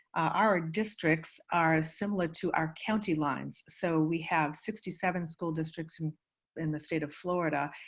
our districts are similar to our county lines. so we have sixty seven school districts in in the state of florida.